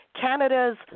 Canada's